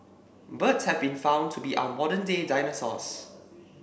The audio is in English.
birds have been found to be our modern day dinosaurs